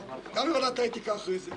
כשאתה סוחר במניות,